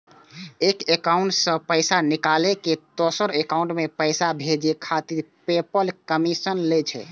एक एकाउंट सं पैसा निकालि कें दोसर एकाउंट मे पैसा भेजै खातिर पेपल कमीशन लै छै